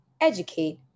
educate